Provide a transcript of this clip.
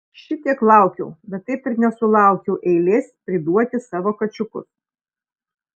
šitiek laukiau bet taip ir nesulaukiau eilės priduoti savo kačiukus